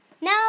Now